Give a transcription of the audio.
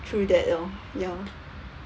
through that lor ya